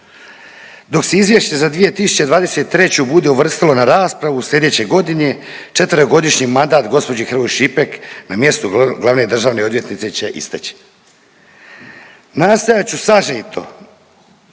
dok se izvješće za 2023. bude uvrstilo na raspravu sljedeće godine četverogodišnji mandat gospođi Hrvoj Šipek na mjestu glavne državne odvjetnice će isteć. Nastojat ću sažeto